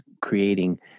creating